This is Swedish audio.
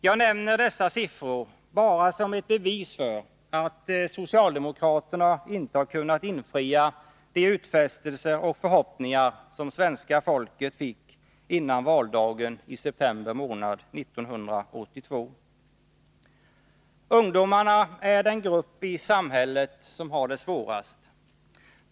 Jag nämner dessa siffror bara som ett bevis för att socialdemokraterna inte har kunnat infria de utfästelser och förhoppningar som svenska folket fick före valdagen i september månad 1982. Ungdomarna är den grupp i samhället som har det svårast.